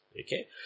Okay